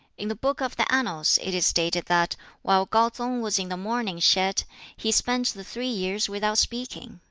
in the book of the annals it is stated that while kau-tsung was in the mourning shed he spent the three years without speaking.